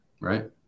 Right